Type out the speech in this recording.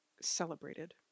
celebrated